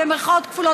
במירכאות כפולות,